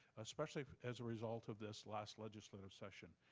especially as a result of this last legislative session.